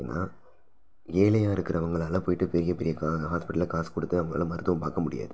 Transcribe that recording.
ஏன்னா ஏழையாக இருக்குறவங்களால போய்விட்டு பெரிய பெரிய ஹா ஹாஸ்பிட்டலில் காசு கொடுத்து அவங்களால மருத்துவம் பார்க்க முடியாது